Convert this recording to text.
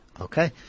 Okay